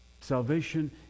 Salvation